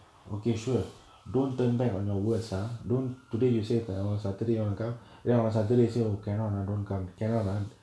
okay sure don't turn by on your words ah don't today you say lah all saturday want to come ya on saturday say oh cannot lah don't come cannot lah